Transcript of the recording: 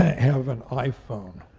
have an iphone?